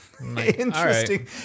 interesting